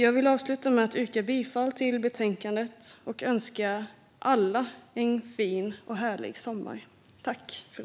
Jag vill avsluta med att yrka bifall till utskottets förslag och önska alla en fin och härlig sommar.